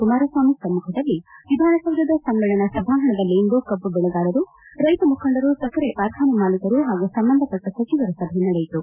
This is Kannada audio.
ಕುಮಾರಸ್ವಾಮಿ ಸಮ್ಮುಖದಲ್ಲಿ ವಿಧಾನಸೌಧದ ಸಮ್ಮೇಳನಾ ಸಭಾಂಗಣದಲ್ಲಿಂದು ಕಬ್ಬು ಬೆಳೆಗಾರರು ರೈತ ಮುಖಂಡರು ಸಕ್ಕರೆ ಕಾರ್ಖಾನೆ ಮಾಲೀಕರು ಹಾಗೂ ಸಂಬಂಧಪಟ್ಟ ಸಚಿವರ ಸಭೆ ನಡೆಯಿತು